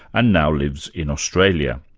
and now lives in australia.